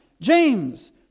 James